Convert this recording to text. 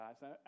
guys